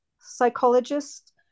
psychologist